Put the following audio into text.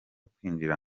kwinjira